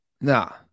No